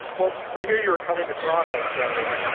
well we knew you were coming to toronto so.